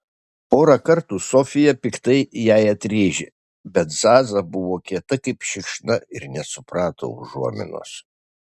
porą kartų sofija piktai jai atrėžė bet zaza buvo kieta kaip šikšna ir nesuprato užuominos